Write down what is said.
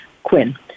Quinn